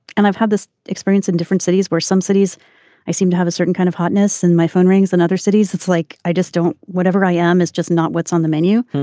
and i've had this experience in different cities where subsidies i seem to have a certain kind of hotness and my phone rings and other cities it's like i just don't whatever i am is just not what's on the menu.